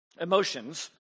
emotions